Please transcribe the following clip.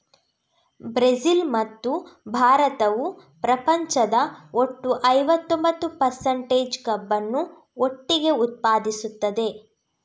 Brazil ಮತ್ತು ಭಾರತವು ಪ್ರಪಂಚದ ಒಟ್ಟು ಐವತ್ತೊಂಬತ್ತು ಪರ್ಸಂಟೇಜ್ ಕಬ್ಬನ್ನು ಒಟ್ಟಿಗೆ ಉತ್ಪಾದಿಸುತ್ತದೆ